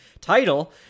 title